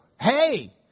Hey